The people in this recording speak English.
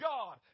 God